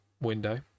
window